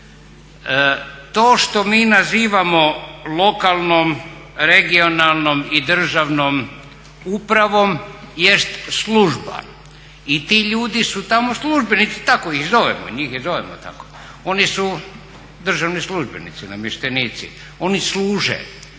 To što mi nazivamo lokalnom, regionalnom i državnom upravom jest služba i ti ljudi su tamo službenici, tako ih zovemo, njih i zovemo tako. Oni su državni službenici, namještenici, oni služe